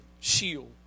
shield